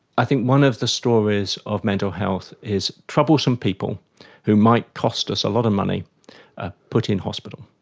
i think one of the stories of mental health is troublesome people who might cost us a lot of money are ah put in hospital.